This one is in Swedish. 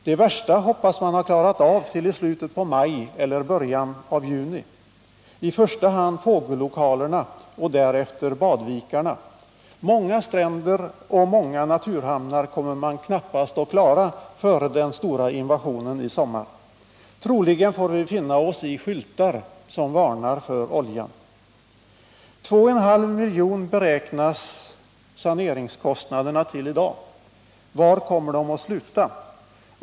Det värsta hoppas man ha klarat av till i slutet av maj eller början av juni — i första hand fågellokalerna och därefter badvikarna. Många stränder och många naturhamnar kommer man knappast att klara före den stora invasionen i sommar. Troligen får vi finna oss i skyltar som varnar för oljan. 2,5 milj.kr. beräknas saneringskostnaderna till i dag. Var kommer de att sluta?